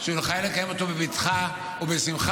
שנוכל לקיים אותו בבטחה ובשמחה.